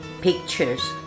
pictures